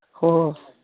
ꯍꯣ